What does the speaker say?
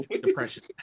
depression